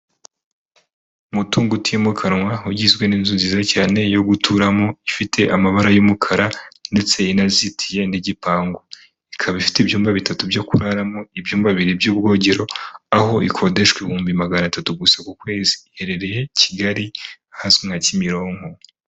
Umutungo utimukanwa ugizwe n'inzu nziza cyane yo guturamo ifite amabara y'umukara ndetse inazitiye n'igipangu, ikaba ifite ibyumba bitatu byo kuraramo, ibyumba bibiri by'ubwogero, aho ikodeshwa ibihumbi magana atatu gusa ku kwezi, iherereye Kigali ahazwi nka Kimironko.